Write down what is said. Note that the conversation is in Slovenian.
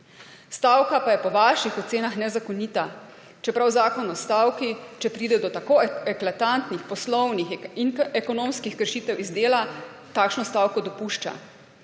Stavka pa je po vaših ocenah nezakonita, čeprav zakon o stavki, če pride do tako eklatantnih poslovnih in ekonomskih kršitev iz dela, takšno stavko dopušča.